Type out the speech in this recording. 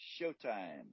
showtime